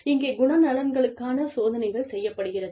இங்கே குணநலன்களுக்கான சோதனைகள் செய்யப்படுகிறது